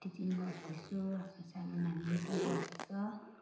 teaching गर्दैछु अब सानो नानी पनि त्यहीँ पढ्दैछ